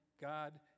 God